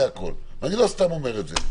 לא סתם אני אומר את זה.